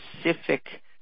specific